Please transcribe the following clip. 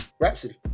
Rhapsody